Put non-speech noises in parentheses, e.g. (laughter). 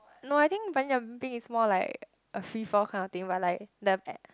no I think bungee jumping is more a free fall kind of thing but like the (noise)